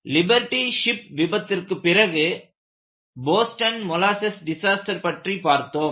liberty ship விபத்திற்கு பிறகு Boston molasses disaster பற்றி பார்த்தோம்